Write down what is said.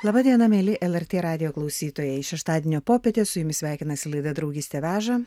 laba diena mieli lrt radijo klausytojai šeštadienio popietę su jumis sveikinasi laida draugystė veža